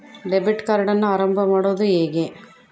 Debit ಕಾರ್ಡನ್ನು ಆರಂಭ ಮಾಡೋದು ಹೇಗೆ?